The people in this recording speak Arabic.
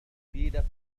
مفيدة